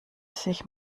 sich